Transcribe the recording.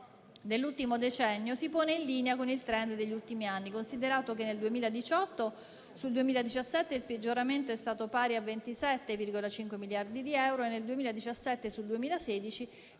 dell'ultimo decennio, si pone in linea con il *trend* degli ultimi anni, considerato che nel 2018, sul 2017, il peggioramento è stato pari a 27,5 miliardi di euro e nel 2017, sul 2016,